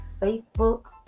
Facebook